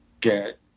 get